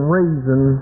reason